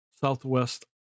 southwest